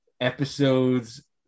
episodes